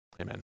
Amen